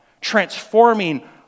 transforming